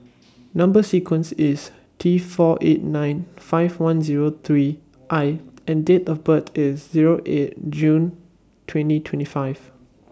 Number sequences IS T four eight nine five one Zero three I and Date of birth IS Zero eight June twenty twenty five